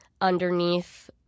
underneath